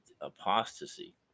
apostasy